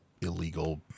illegal